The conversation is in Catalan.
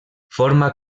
forma